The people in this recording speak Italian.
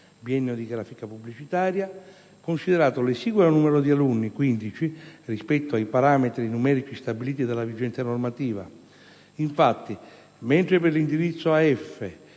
biennio grafica pubblicitaria - considerato l'esiguo numero di alunni (15) rispetto ai parametri numerici stabiliti dalla vigente normativa. Infatti, mentre per l'indirizzo AF